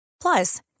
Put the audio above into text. Plus